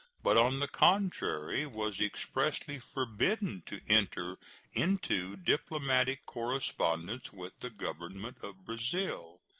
but, on the contrary, was expressly forbidden to enter into diplomatic correspondence with the government of brazil.